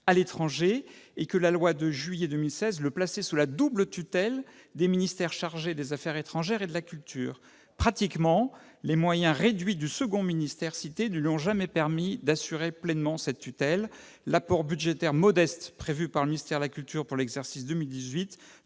à l'étranger » et que la loi de juillet 2016 le plaçait sous la double tutelle des ministères chargés des affaires étrangères et de la culture. Dans la pratique, les moyens réduits du second ministère cité ne lui ont jamais permis d'assurer pleinement cette tutelle. L'apport budgétaire modeste prévu par le ministère de la culture pour l'exercice 2018